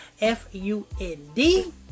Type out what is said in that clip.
F-U-N-D